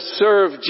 serve